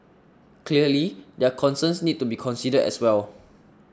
clearly their concerns need to be considered as well